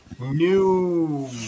new